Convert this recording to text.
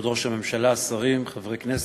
תודה, כבוד ראש הממשלה, השרים, חברי כנסת,